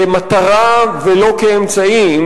כמטרה ולא כאמצעי,